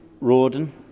Rawdon